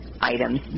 items